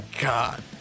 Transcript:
God